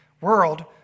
world